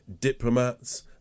diplomats